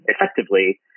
Effectively